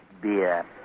beer